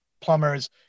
plumbers